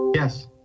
yes